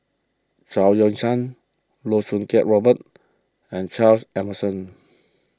Chao Yoke San Loh Choo Kiat Robert and Charles Emmerson